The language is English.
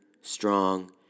strong